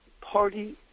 party